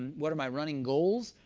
what are my running goals?